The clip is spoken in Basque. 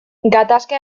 gatazka